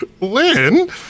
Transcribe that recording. Lynn